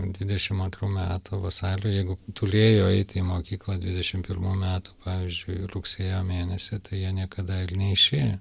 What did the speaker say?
dvidešim antrų metų vasarį jeigu turėjo eiti į mokyklą dvidešim pirmų metų pavyzdžiui rugsėjo mėnesį tai jie niekada ir neišėjo